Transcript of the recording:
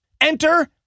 Enter